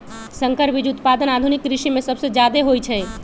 संकर बीज उत्पादन आधुनिक कृषि में सबसे जादे होई छई